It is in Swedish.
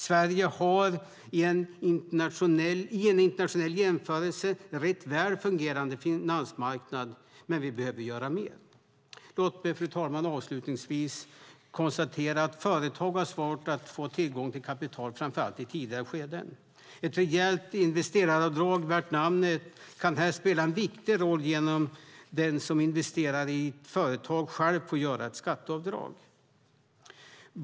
Sverige har en i internationell jämförelse rätt väl fungerande finansmarknad, men vi behöver göra mer. Låt mig, fru talman, avslutningsvis konstatera att företag har svårt att få tillgång till kapital framför allt i tidiga skeden. Ett rejält investeraravdrag värt namnet kan här spela en viktig roll genom att den som investerar i ett företag själv får göra ett skatteavdrag.